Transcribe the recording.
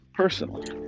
personally